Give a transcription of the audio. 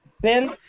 Ben